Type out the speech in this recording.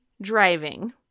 driving